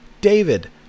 David